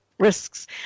risks